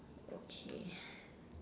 okay